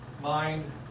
mind